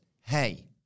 hey